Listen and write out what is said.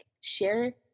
share